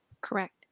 Correct